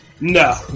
No